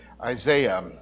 Isaiah